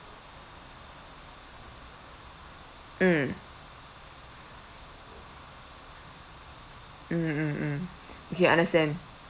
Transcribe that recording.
mm mm mm mm okay understand